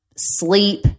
Sleep